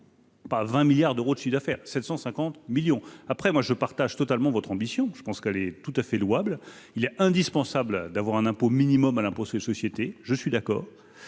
Pas 20 milliards d'euros de chiffre d'affaires 750 millions après moi je partage totalement votre ambition, je pense qu'elle est tout à fait louable, il est indispensable d'avoir un impôt minimum à l'impôt sur les sociétés, je suis d'accord